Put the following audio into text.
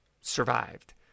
survived